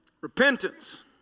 Repentance